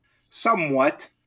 somewhat